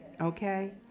Okay